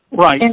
Right